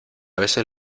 veces